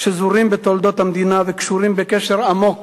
שזורות בתולדות המדינה וקשורות בקשר עמוק